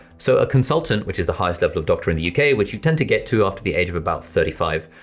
so a consultant, which is the highest level of doctor in the uk, which you tend to get to after the age of about thirty five,